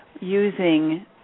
using